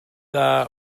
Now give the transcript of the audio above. dda